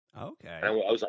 Okay